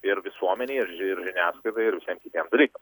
ir visuomenėj irži ir žiniasklaidoj ir visiem kitiems dalykam